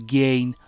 gain